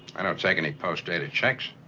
i don't take any postdated checks.